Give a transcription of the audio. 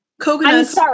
Coconuts